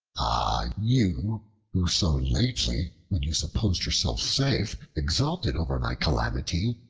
ah! you who so lately, when you supposed yourself safe, exulted over my calamity,